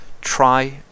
try